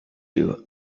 you